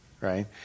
right